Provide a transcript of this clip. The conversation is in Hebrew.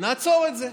נעצור את זה.